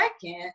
second